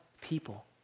people